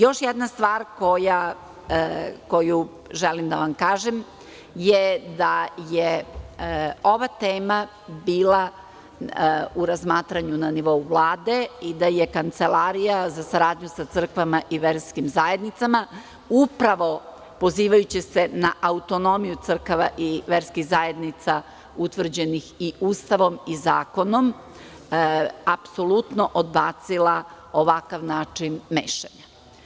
Još jedna stvar koju želim da vam kažem je, da je ova tema bila u razmatranju na nivou Vlade i da je Kancelarija za saradnju sa crkvama i verskim zajednicama, upravo pozivajući se na autonomiju crkva i verskih zajednica utvrđenih i Ustavom i zakonom, apsolutno odbacila ovakav način mešanja.